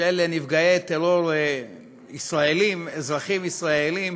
של נפגעי טרור ישראלים, אזרחים ישראלים